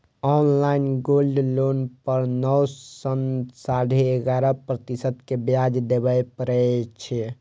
online gold loan पर नौ सं साढ़े ग्यारह प्रतिशत के ब्याज देबय पड़ै छै